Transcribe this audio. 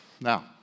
Now